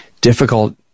difficult